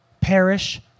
perish